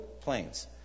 planes